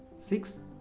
six.